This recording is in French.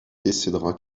décédera